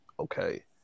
okay